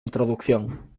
introducción